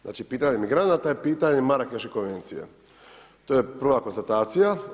Znači pitanje migranata je pitanje Marrakesche konvencije, to je prva konstatacija.